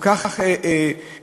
כל כך ברור,